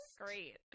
Great